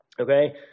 okay